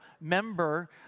member